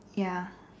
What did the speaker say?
ya